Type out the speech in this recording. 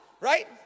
right